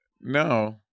No